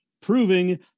proving